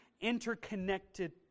interconnected